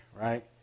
right